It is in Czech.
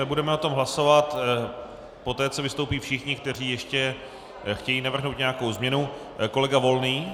Budeme o tom hlasovat poté, co vystoupí všichni, kteří ještě chtějí navrhnout nějakou změnu. Kolega Volný.